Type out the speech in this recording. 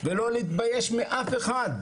ולא להתבייש מאף אחד.